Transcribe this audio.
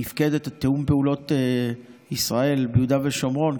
מפקדת תיאום פעולות ישראל ביהודה ושומרון,